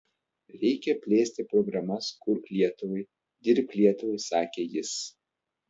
reikia plėsti programas kurk lietuvai dirbk lietuvai sakė jis